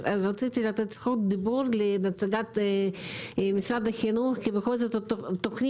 רציתי לתת זכות דיבור לנציגת משרד החינוך כי התוכנית